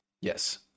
Yes